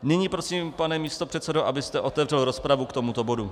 Nyní prosím, pane místopředsedo, abyste otevřel rozpravu k tomuto bodu.